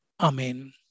Amen